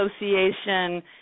association